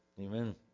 Amen